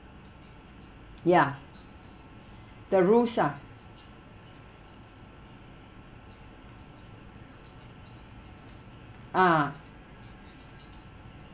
ya that rules ah ah